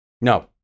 No